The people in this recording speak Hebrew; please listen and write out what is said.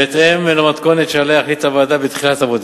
בהתאם למתכונת שעליה החליטה הוועדה בתחילת עבודתה,